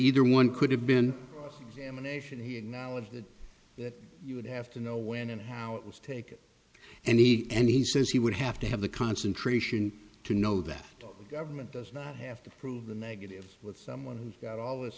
either one could have been emanation he acknowledged that you would have to know when and how it was taken and he end he says he would have to have the concentration to know that government does not have to prove the negative with someone who got all this